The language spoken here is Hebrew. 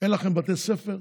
אין לכם בתי ספר?